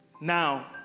Now